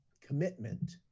commitment